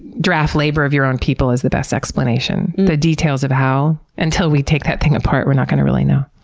draft labor of your own people is the best explanation. the details of how, until we take that thing apart, we're not gonna really know.